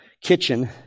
kitchen